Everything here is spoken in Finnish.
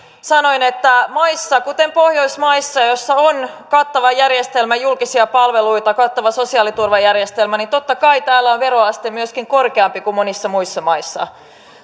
sanoin että maissa kuten pohjoismaissa joissa on kattava järjestelmä julkisia palveluita kattava sosiaaliturvajärjestelmä totta kai on veroaste myöskin korkeampi kuin monissa muissa maissa